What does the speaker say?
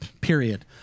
period